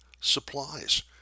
supplies